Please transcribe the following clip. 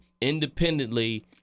independently